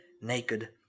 naked